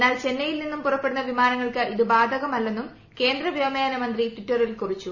എന്നാൽ ചെന്നൈയിൽ നിന്നും പുറപ്പെടുന്ന വിമാനങ്ങൾക്ക് ഇത് ബാധകല്ലെന്നൂം കേന്ദ്ര വ്യോമയാന മന്ത്രി ് ടിറ്ററിൽ കുറിച്ചു